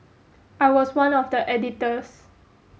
I was one of the editors